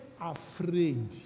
afraid